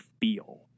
feel